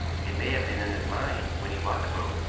it may have been in his mind when he bought the boat.